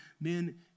men